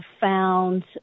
found